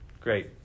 Great